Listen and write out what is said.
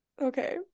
Okay